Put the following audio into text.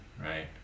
right